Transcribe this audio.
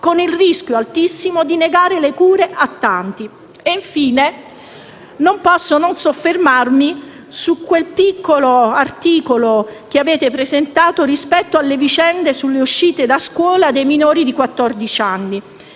con il rischio altissimo di negare le cure a tanti. E infine non posso non soffermarmi su quel piccolo articolo che avete presentato relativo all'uscita da scuola dei minori di